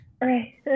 right